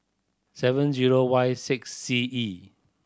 seven zero Y six C E